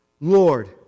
Lord